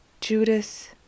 Judas